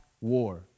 war